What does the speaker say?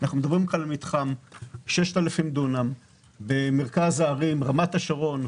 מדובר על מתחם של 6,000 דונם במרכז הערים רמת השרון,